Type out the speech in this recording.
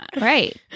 Right